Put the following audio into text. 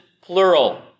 plural